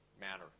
manner